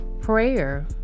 prayer